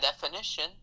definition